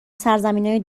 سرزمینای